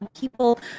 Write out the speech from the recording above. people